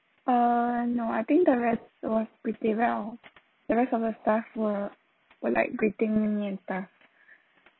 uh no I think the rest was pretty well the rest of the staff were were like greeting me and stuff